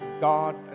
God